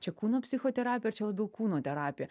čia kūno psichoterapija ar čia labiau kūno terapija